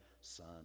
son